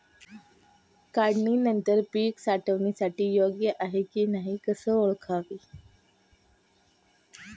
काढणी नंतर पीक साठवणीसाठी योग्य आहे की नाही कसे ओळखावे?